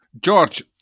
George